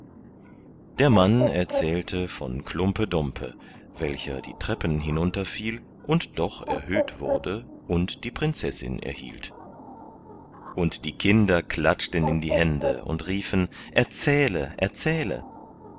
der mann erzählte von klumpe dumpe welcher die treppen hinunterfiel und doch erhöht wurde und die prinzessin erhielt und die kinder klatschten in die hände und riefen erzähle erzähle